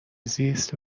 زیست